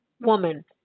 Woman